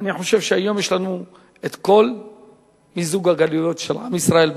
אני חושב שהיום יש לנו את כל מיזוג הגלויות של עם ישראל,